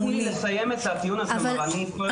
רק תנו לי לסיים את הטיעון הזה בהיבט משפטי.